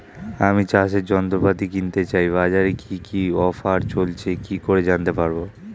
আমি চাষের যন্ত্রপাতি কিনতে চাই বাজারে কি কি অফার চলছে কি করে জানতে পারবো?